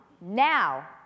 Now